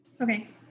Okay